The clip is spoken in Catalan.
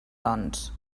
doncs